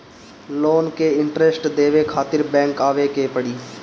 Loan के interest देवे खातिर बैंक आवे के पड़ी?